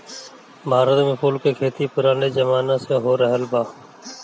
भारत में फूल के खेती पुराने जमाना से होरहल बा